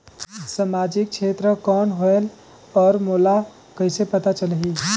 समाजिक क्षेत्र कौन होएल? और मोला कइसे पता चलही?